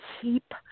keep